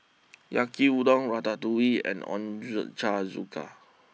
Yaki Udon Ratatouille and Ochazuke